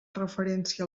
referència